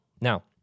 Now